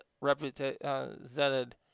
represented